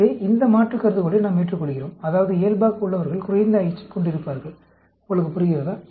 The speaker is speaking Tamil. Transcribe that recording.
எனவே இந்த மாற்று கருதுகோளை நாம் ஏற்றுக்கொள்கிறோம் அதாவது இயல்பாக உள்ளவர்கள் குறைந்த H ஐக் கொண்டிருப்பார்கள் உங்களுக்குப் புரிகிறதா